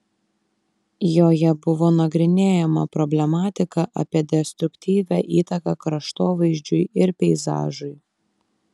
joje buvo nagrinėjama problematika apie destruktyvią įtaką kraštovaizdžiui ir peizažui